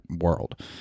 world